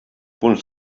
punts